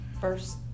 First